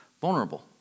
vulnerable